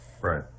Right